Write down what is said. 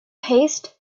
haste